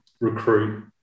recruit